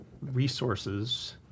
resources